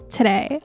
today